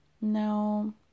No